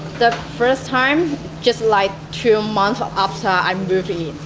the first time just like two months after i move in.